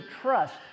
trust